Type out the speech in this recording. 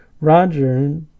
Roger